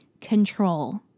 control